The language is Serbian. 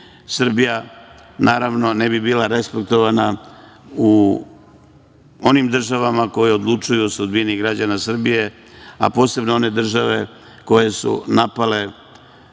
Srbija ne bi bila respektovana u onim državama koje odlučuju o sudbini Građana Srbije, a posebno one države koje su napale